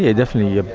yeah definitely. ah